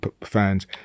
fans